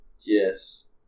Yes